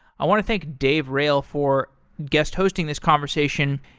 i want to thank dave rael for guest hosting this conversation,